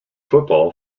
football